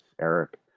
Eric